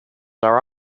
are